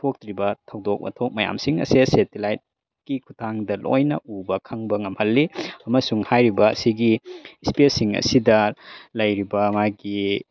ꯊꯣꯛꯇ꯭ꯔꯤꯕ ꯊꯧꯗꯣꯛ ꯋꯥꯊꯣꯛ ꯃꯌꯥꯝꯁꯤꯡ ꯑꯁꯦ ꯁꯦꯇꯦꯂꯥꯏꯠꯀꯤ ꯈꯨꯠꯊꯥꯡꯗ ꯂꯣꯏꯅ ꯎꯕ ꯈꯪꯕ ꯉꯝꯍꯜꯂꯤ ꯑꯃꯁꯨꯡ ꯍꯥꯏꯔꯤꯕꯁꯤꯒꯤ ꯏꯁꯄꯦꯁꯁꯤꯡ ꯑꯁꯤꯗ ꯂꯩꯔꯤꯕ ꯃꯥꯒꯤ